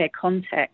context